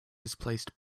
displaced